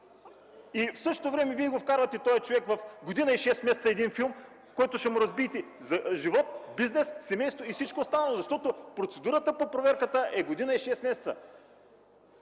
В същото време вкарвате този човек за година и шест месеца в един филм, в който ще му разбиете живота, бизнеса, семейството и всичко останало! Защото процедурата по проверката е година и шест месеца.